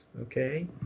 okay